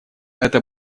это